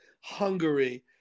Hungary